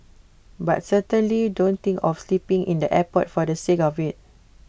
but certainly don't think of sleeping in the airport for the sake of IT